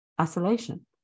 isolation